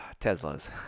Teslas